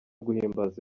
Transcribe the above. guhimbaza